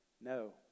No